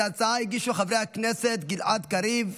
את ההצעה הגישו חברי הכנסת גלעד קריב,